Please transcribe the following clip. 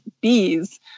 bees